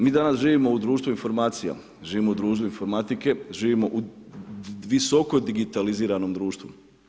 Mi danas živimo u društvu informacija, živimo u društvu informatike, živimo u visoko digitaliziranom društvu.